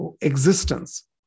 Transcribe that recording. existence